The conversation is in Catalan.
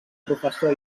professor